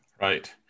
Right